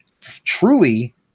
truly